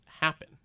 happen